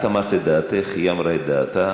את אמרת את דעתך, היא אמרה את דעתה.